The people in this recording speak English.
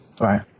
Right